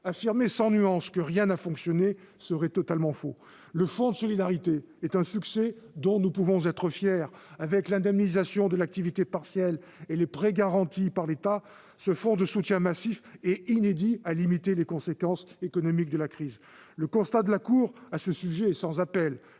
Affirmer sans nuance que rien n'a fonctionné serait totalement faux. Le fonds de solidarité est un succès dont nous pouvons être fiers. Avec l'indemnisation de l'activité partielle et les prêts garantis par l'État, ce fonds de soutien massif et inédit a limité les conséquences économiques de la crise. Le constat de la Cour des comptes à ce sujet est sans appel